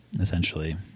essentially